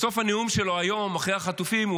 בסוף הנאום שלו היום אחרי החטופים הוא